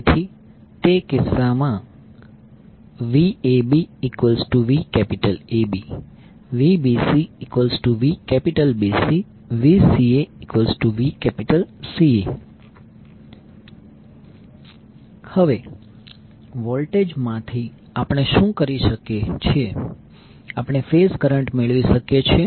તેથી તે કિસ્સામાં VabVAB VbcVBC VcaVCA હવે વોલ્ટેજ માંથી આપણે શું કરી શકીએ છીએ આપણે ફેઝ કરંટ મેળવી શકીએ છીએ